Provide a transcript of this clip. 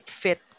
fit